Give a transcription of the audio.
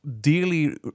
dearly